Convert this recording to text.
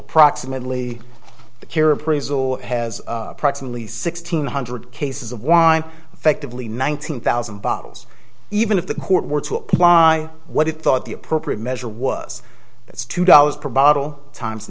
appraisal has approximately sixteen hundred cases of wine effectively nineteen thousand bottles even if the court were to apply what he thought the appropriate measure was that's two dollars per bottle times